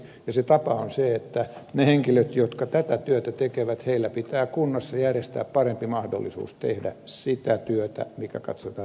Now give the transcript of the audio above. ja se tapa on se että niille henkilöille jotka tätä työtä tekevät pitää kunnassa järjestää parempi mahdollisuus tehdä sitä työtä mikä katsotaan tärkeäksi